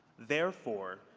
therefore,